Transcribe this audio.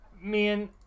man